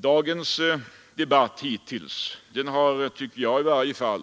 Dagens debatt hittills har